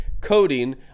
coding